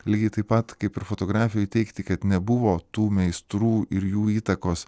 lygiai taip pat kaip ir fotografijoj teigti kad nebuvo tų meistrų ir jų įtakos